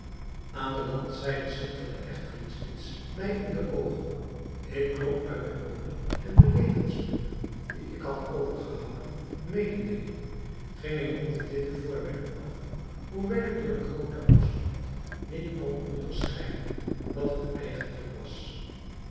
aan de landzijde schitterde echter iets wits mij in de oogen ik klom uit den boom en de levensmiddelen die ik had overgehouden mede nemende ging ik op dit witte voorwerp af hoewel ik door den grooten afstand niet kon onderscheiden wat het eigentlijk was